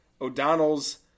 O'Donnell's